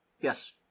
Yes